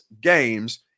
games